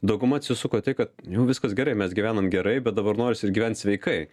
dauguma atsisuko į tai kad jau viskas gerai mes gyvenam gerai bet dabar norisi ir gyvent sveikai